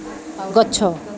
ସହମତ